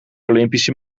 olympische